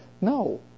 no